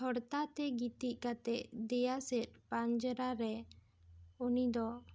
ᱦᱚᱲᱛᱟ ᱛᱮ ᱜᱤᱛᱤᱜ ᱠᱟᱛᱮ ᱫᱮᱭᱟ ᱥᱮᱫ ᱯᱟᱸᱡᱽᱨᱟ ᱨᱮ ᱩᱱᱤ ᱫᱚ